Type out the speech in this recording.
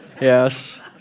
yes